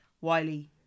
Wiley